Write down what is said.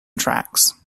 tracks